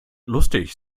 lustig